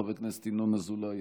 חבר הכנסת ינון אזולאי,